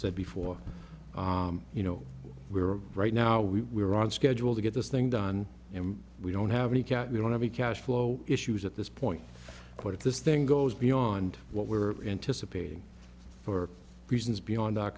said before you know we are right now we are on schedule to get this thing done and we don't have any cap we don't have a cash flow issues at this point what if this thing goes beyond what we were anticipating for reasons beyond our